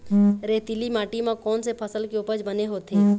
रेतीली माटी म कोन से फसल के उपज बने होथे?